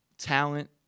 talent